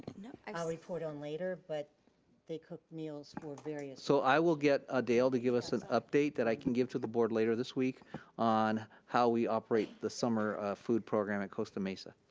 i'll report on later but they cook meals for various so i will get ah dale to give us an update that i can give to the board later this week on how we operate the summer food program at costa mesa.